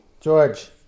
George